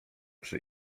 przy